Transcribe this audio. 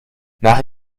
nach